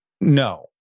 no